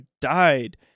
died